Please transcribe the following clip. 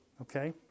Okay